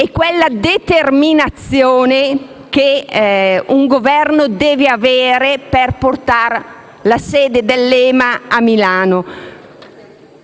e la determinazione che il Governo deve avere per portare la sede dell'EMA a Milano.